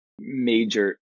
major